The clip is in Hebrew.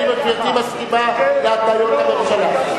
האם גברתי מסכימה להתניות הממשלה?